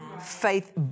Faith